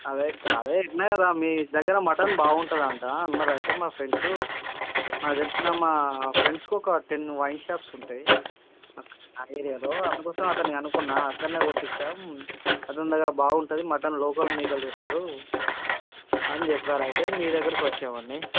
అదే కదా అదే చెప్పినా కదా మీ దగ్గిర మటన్ బాగుంటుందంటా అందరైతే మా ఫ్రెండ్సు నాకు తెలిసిన మా ఫ్రెండ్స్కు ఒక టెన్ను వైన్ షాప్స్ ఉంటాయి ఆ ఏరియాలో అందుకోసం అతన్ని కనుక్కున్నా అక్కడినే కొట్టిచ్చాం అతని దగ్గిర బాగుంటుంది మటన్ లోకల్ మేకలు తెస్తారు అని చెప్పేరు అయితే మీ దగ్గిరకు వచ్చేమండీ